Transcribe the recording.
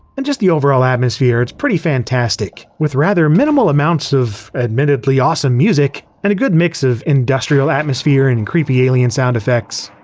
and just the overall atmosphere, it's pretty fantastic. with rather minimal amounts of admittedly awesome music and a good mix of industrial atmosphere and and creepy alien sound effects.